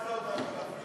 שכנעת אותנו, גפני.